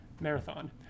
Marathon